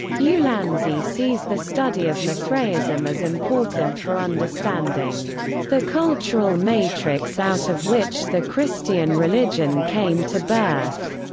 ulansey sees the study of mithraism as important for understanding the cultural matrix out of which the christian religion came to birth.